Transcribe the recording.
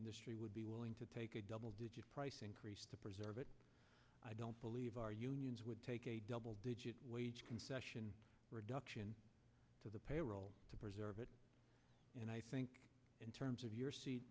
industry would be willing to take a double digit price increase to preserve it i don't believe our unions would take a double digit wage concession reduction to the payroll to preserve it and i think in terms of you